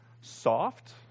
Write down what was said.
soft